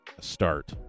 start